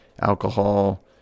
alcohol